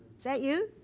is that you?